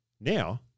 Now